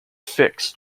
fix